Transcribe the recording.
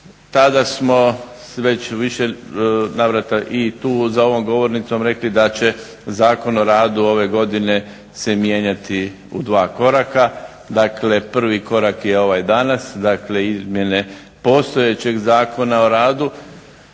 tada smo već u više navrata i tu za ovom govornicom rekli da će Zakon o radu ove godine se mijenjati u dva koraka. Dakle, prvi korak je ovaj danas, dakle izmjene postojećeg Zakona o radu,